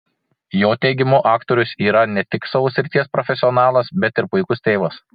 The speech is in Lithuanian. jo teigimu aktorius yra ne tik savo srities profesionalas bet ir puikus tėvas